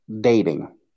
dating